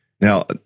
Now